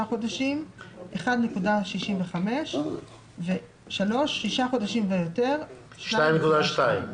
חודשים - 1.65 ששה חודשים ויותר - 2.2".